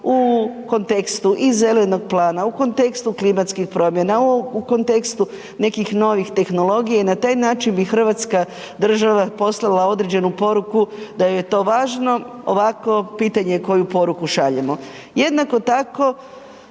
u kontekstu i zelenog plana, u kontekstu klimatskih promjena, u kontekstu nekih novih tehnologija i na taj način bi Hrvatska država poslala određenu poruku da joj je to važno. Ovako pitanje koju poruku šaljemo. Jednako tako,